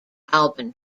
alban